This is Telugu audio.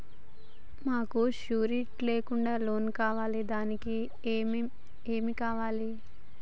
మాకు షూరిటీ లేకుండా లోన్ కావాలి దానికి ఏమేమి కావాలి?